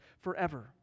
forever